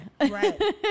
right